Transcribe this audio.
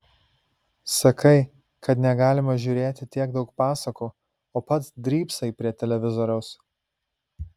sakai kad negalima žiūrėti tiek daug pasakų o pats drybsai prie televizoriaus